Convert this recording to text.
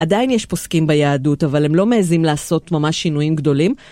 עדיין יש פוסקים ביהדות, אבל הם לא מעזים לעשות ממש שינויים גדולים,